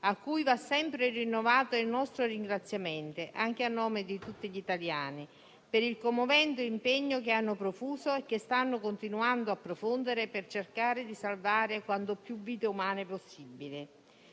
a cui va sempre rinnovato il nostro ringraziamento, anche a nome di tutti gli italiani, per il commovente impegno che hanno profuso e che stanno continuando a profondere per cercare di salvare quante più vite umane possibili,